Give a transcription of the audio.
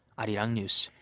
arirang news.